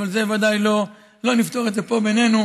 אבל ודאי לא נפתור את זה פה בינינו.